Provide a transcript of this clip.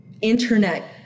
internet